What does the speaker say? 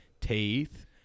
teeth